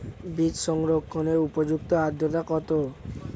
বীজ সংরক্ষণের উপযুক্ত আদ্রতা কত?